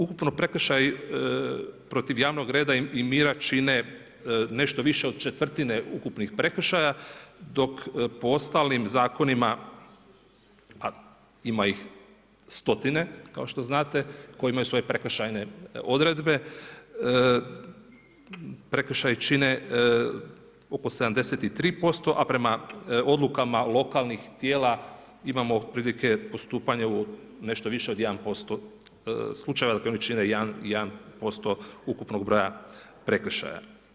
Ukupno prekršaja protiv javnog reda i mira čine nešto više od četvrtine ukupnih prekršaja, dok po ostalim zakonima, a ima ih stotine, kao što znate, koji imaju svoje prekršajne odredbe, prekršaj čine oko 73% a prema odlukama lokalnih tijela imamo otprilike u postupanju nešto više od 1% slučajeva, dakle, oni čine 1% ukupnog broja prekršaja.